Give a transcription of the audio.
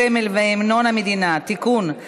הסמל והמנון המדינה (תיקון,